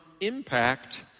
impact